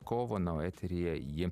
kovo na o eteryje ji